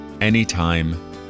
Anytime